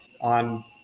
on